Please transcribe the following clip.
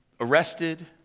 arrested